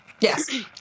Yes